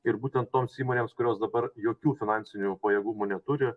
ir būtent toms įmonėms kurios dabar jokių finansinių pajėgumų neturi